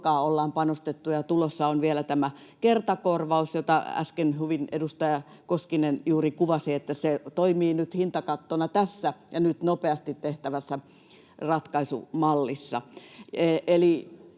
ollaan panostettu, ja tulossa on vielä tämä kertakorvaus, jota äsken hyvin edustaja Koskinen juuri kuvasi, että se toimii nyt hintakattona tässä ja nyt nopeasti tehtävässä ratkaisumallissa.